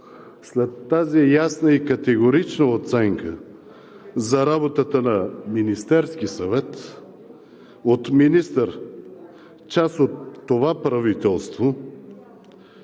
след тази ясна и категорична оценка за работата на Министерския съвет от министър, част от това правителство,